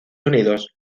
unidos